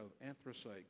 anthracite